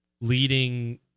leading